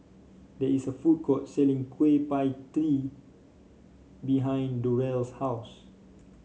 there is a food court selling Kueh Pie Tee behind Durell's house